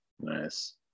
Nice